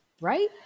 right